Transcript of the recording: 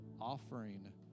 offering